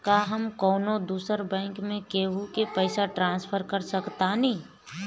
का हम कौनो दूसर बैंक से केहू के पैसा ट्रांसफर कर सकतानी?